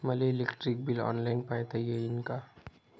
मले electric bill online पायता येईन का?